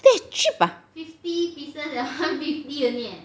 that cheap ah